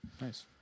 Nice